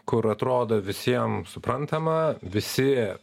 kur atrodo visiem suprantama visi